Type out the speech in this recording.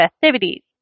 festivities